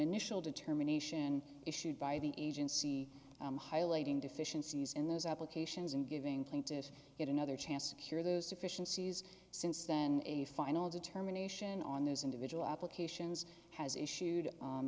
initial determination issued by the agency highlighting deficiencies in those applications and giving plaintiffs yet another chance to cure those deficiencies since then a final determination on those individual applications has issued